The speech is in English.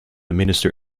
minister